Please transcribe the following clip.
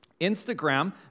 Instagram